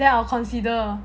then I'll consider